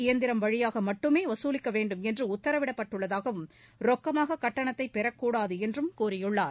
இயந்திரம் வழியாக மட்டுமே வசூலிக்க வேண்டும் என்று உத்தரவிடப்பட்டுள்ளதாகவும் ரொக்கமாக கட்டணத்தை பெறக்கூடாது என்றும் கூறியுள்ளார்